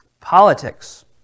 politics